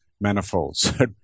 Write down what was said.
manifolds